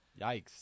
Yikes